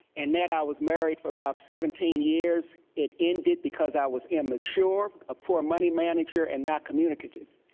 annette, i was married for about seventeen years. it ended because i was immature, a poor money manager and not communicative.